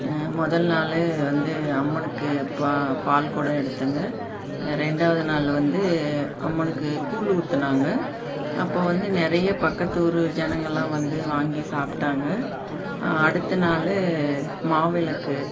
முதல் நாள் வந்து அம்மனுக்கு பா பால்குடம் எடுத்தேங்க ரெண்டாவது நாள் வந்து அம்மனுக்கு கூழ் ஊற்றினாங்க அப்போ வந்து நிறைய பக்கத்து ஊர் ஜனங்களாம் வந்து வாங்கி சாப்பிட்டாங்க அடுத்த நாள் மாவிளக்கு